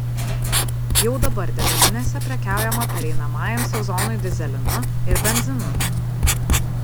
jau dabar degalinėse prekiaujama pereinamajam sezonui dyzelinu ir benzinu